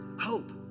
hope